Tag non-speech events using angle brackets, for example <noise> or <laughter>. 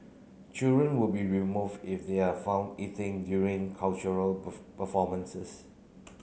children will be removed if they are found eating during cultural <unintelligible> performances